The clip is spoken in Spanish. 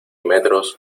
metros